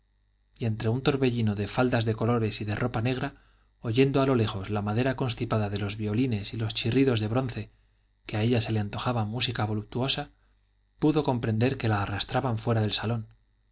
y entre un torbellino de faldas de color y de ropa negra oyendo a lo lejos la madera constipada de los violines y los chirridos del bronce que a ella se le antojaba música voluptuosa pudo comprender que la arrastraban fuera del salón